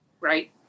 Right